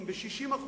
ב-60%.